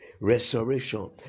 resurrection